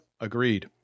Agreed